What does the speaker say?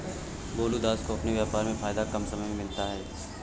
भोलू दास को अपने व्यापार में फायदा कम समय में मिलता है